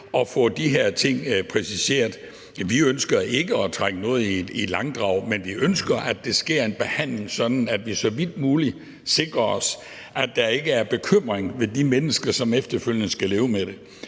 at få de her ting præciseret. Vi ønsker ikke at trække noget i langdrag, men vi ønsker, at der sker en behandling, sådan at vi så vidt muligt sikrer os, at der ikke er bekymring hos de mennesker, som efterfølgende skal leve med det.